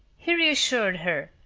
he reassured her,